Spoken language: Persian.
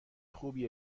خوبی